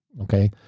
Okay